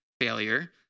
failure